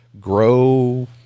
grow